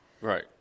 Right